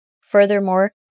Furthermore